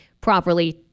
properly